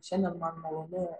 šiandien man malonu